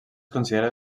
considera